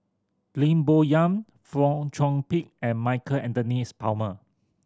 Lim Bo Yam Fong Chong Pik and Michael Anthony Palmer